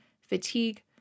fatigue